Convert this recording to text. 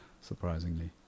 surprisingly